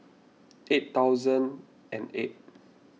eight thousand and eight